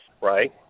Right